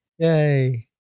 Yay